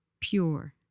pure